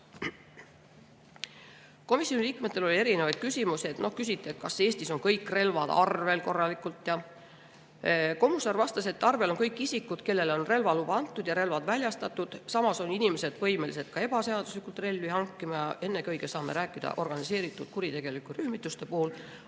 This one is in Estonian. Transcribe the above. Komisjoni liikmetel oli erinevaid küsimusi. Küsiti, kas Eestis on kõik relvad korralikult arvel. Kommussaar vastas, et arvel on kõik isikud, kellele on relvaluba antud ja relvad väljastatud. Samas on inimesed võimelised ka ebaseaduslikult relvi hankima. Ennekõike saame rääkida organiseeritud kuritegelikest rühmitustest,